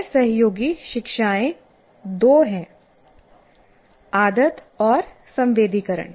गैर सहयोगी शिक्षाएं दो हैं आदत और संवेदीकरण